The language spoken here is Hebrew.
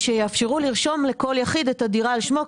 ושיאפשרו לרשום לכל יחיד את הדירה על שמו,